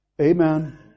Amen